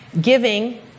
giving